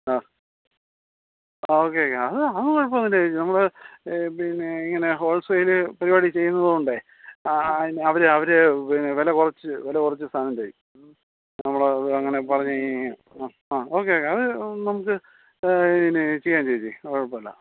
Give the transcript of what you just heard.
ആ okay okay അതൊന്നും അതൊന്നും കുഴപ്പമൊന്നുമില്ല ചേച്ചി നമ്മൾ പിന്നെ ഇങ്ങനെ ഹോൾസെയില് പരിപാടി ചെയ്യുന്നത് കൊണ്ട് ആ അതിന് അവർ അവർ വില കുറച്ച് വില കുറച്ച് സാധനം തരും നമ്മൾ അതങ്ങനെ പറഞ്ഞു കഴിഞ്ഞാൽ ആ ഓക്കെ ഓക്കേ അത് നമുക്ക് നേ ചെയ്യാം ചേച്ചി കുഴപ്പമില്ല